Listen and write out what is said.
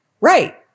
Right